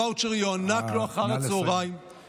הוואוצ'ר יוענק לו לאחר הצוהריים, נא לסיים.